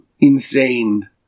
insane